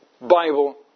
Bible